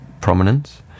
prominence